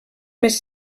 més